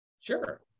Sure